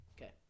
Okay